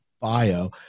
bio